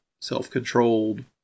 Self-controlled